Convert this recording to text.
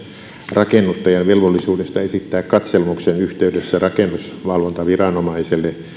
rakennuttajan velvollisuudesta esittää katselmuksen yhteydessä rakennusvalvontaviranomaiselle